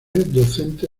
docente